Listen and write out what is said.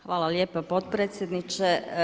Hvala lijepa potpredsjedniče.